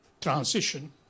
transition